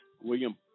William